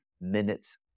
minutes